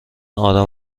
آرام